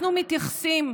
אנחנו מתייחסים,